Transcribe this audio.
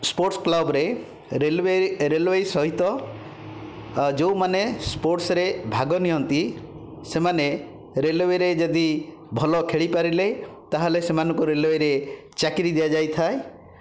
sports କ୍ଳବରେ railway railway ସହିତ ଯେଉଁମାନେ ସ୍ପୋର୍ଟସରେ ଭାଗ ନିଅନ୍ତି ସେମାନେ ରେଳୱେରେ ଯଦି ଭଲ ଖେଳିପାରିଲେ ତାହେଲେ ସେମାନଙ୍କୁ ରେଲୱେରେ ଚାକିରୀ ଦିଆଯାଇଥାଏ